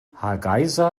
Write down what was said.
hargeysa